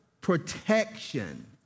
protection